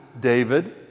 David